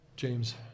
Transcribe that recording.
James